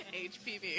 HPV